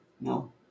No